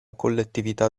collettività